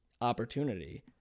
opportunity